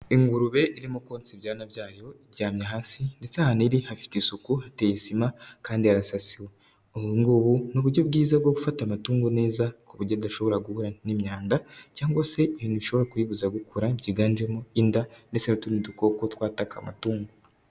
Ingurube irimo konsa ibyana byayo, iryamye hasi, ndetse ahantu iri hafite isuku hateye sima, kandi harasasiwe. Ubungubu ni uburyo bwiza bwo gufata amatungo neza, ku buryo adashobora guhura n'imyanda, cyangwa se ibintu bishobora kuyibuza gukora byiganjemo inda ndetse n'utundi dukoko twataka amatungo.